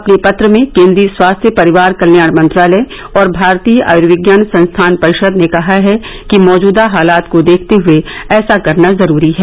अपने पत्र में केन्द्रीय स्वास्थ्य परिवार कल्याण मंत्रालय और भारतीय आयर्विज्ञान अनुसंघान परिषद ने कहा है कि मौजदा हालात को देखते हए ऐसा करना जरूरी है